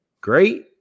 great